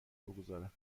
بگذارم